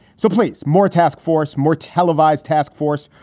so, please. more task force, more televised task force,